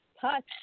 touch